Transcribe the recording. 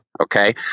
okay